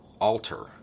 alter